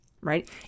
right